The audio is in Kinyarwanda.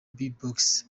bbox